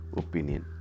opinion